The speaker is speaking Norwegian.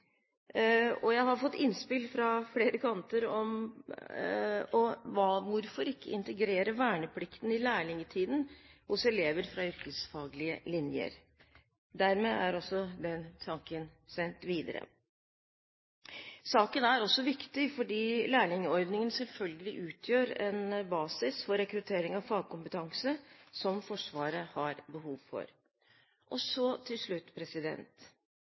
med. Jeg har fått innspill fra flere kanter, som: Hvorfor ikke integrere verneplikten i lærlingtiden for elever på yrkesfaglige linjer? Dermed er også den tanken sendt videre. Saken er også viktig fordi lærlingordningen selvfølgelig utgjør en basis for rekruttering av fagkompetanse som Forsvaret har behov for. Så til slutt: